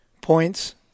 points